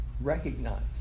Recognize